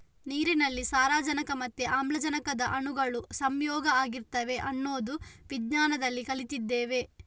ನೀರಿನಲ್ಲಿ ಸಾರಜನಕ ಮತ್ತೆ ಆಮ್ಲಜನಕದ ಅಣುಗಳು ಸಂಯೋಗ ಆಗಿರ್ತವೆ ಅನ್ನೋದು ವಿಜ್ಞಾನದಲ್ಲಿ ಕಲ್ತಿದ್ದೇವೆ